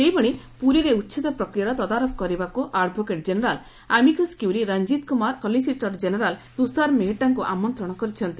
ସେହିଭଳି ପୁରୀରେ ଉଛେଦ ପ୍ରକ୍ରିୟାର ତଦାରଖ କରିବାକୁ advocate general amicus curiae Ranjit Kumar ଓ ସଲିସିଟର ଜେନେରାଲ ତୁଷାର ମେହେଟ୍ଟାଙ୍କ ଆମନ୍ତଣ କରିଛନ୍ତି